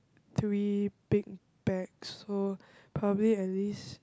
three big bags so probably at least